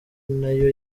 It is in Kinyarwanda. nayo